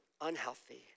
Unhealthy